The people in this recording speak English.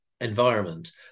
environment